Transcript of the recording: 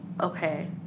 okay